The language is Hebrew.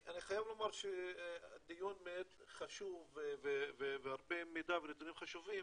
אני חייב לומר שהדיון חשוב עם הרבה מידע ונתונים חשובים,